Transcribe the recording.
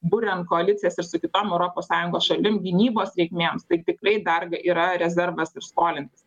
buriant koalicijas ir su kitom europos sąjungos šalim gynybos reikmėms tai tikrai dar yra rezervas ir skolintis